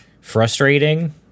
frustrating